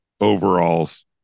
overalls